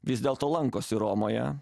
vis dėlto lankosi romoje